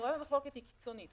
שנויה במחלוקת היא קיצונית.